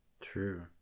True